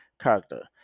character